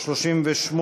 38?